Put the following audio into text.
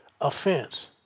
offense